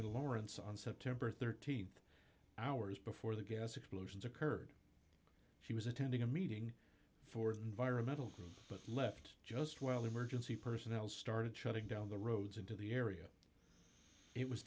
in lawrence on september th hours before the gas explosions occurred she was attending a meeting for environmental groups but left just well emergency personnel started shutting down the roads into the area it was